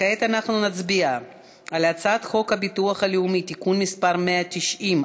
כעת אנחנו נצביע על הצעת חוק הביטוח הלאומי (תיקון מס' 190),